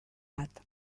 bat